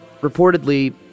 Reportedly